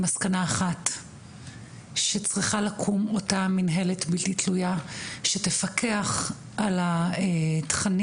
מסקנה אחת שצריכה לקום אותה מנהלת בלתי תלויה שתפקח על התכנים,